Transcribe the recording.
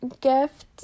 gift